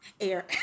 air